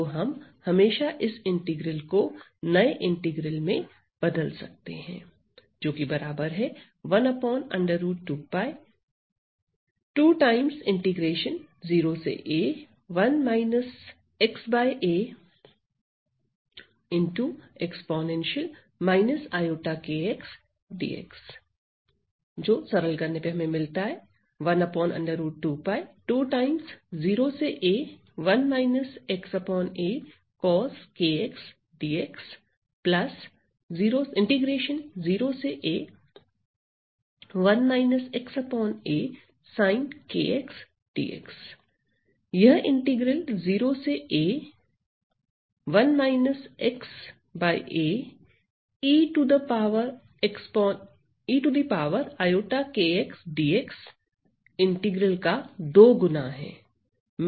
तो हम हमेशा इस इंटीग्रल को नए इंटीग्रल में बदल सकते हैं यह इंटीग्रल 0 से a 1 xa e to the power i k x d x integral का 2 गुना है